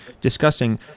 discussing